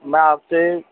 ਮੈਂ ਆਪਸੇ